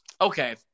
Okay